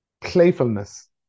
playfulness